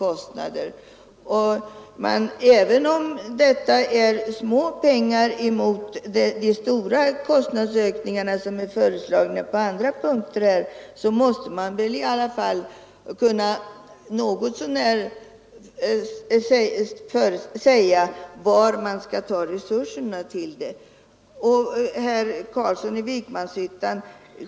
Och även om detta är små belopp i jämförelse med de stora kostnadsökningar som föreslagits på andra punkter, så måste man väl ändå kunna ange något så när var vi skall ta pengarna.